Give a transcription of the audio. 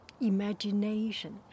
imagination